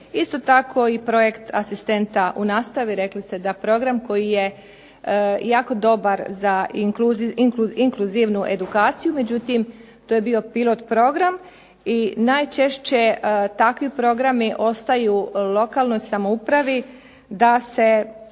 Isto tako i projekt asistenta u nastavi, rekli ste da program koji je jako dobar za inkluzivnu edukaciju, međutim to je bio pilot program i najčešće takvi programi ostaju lokalnoj samoupravi da se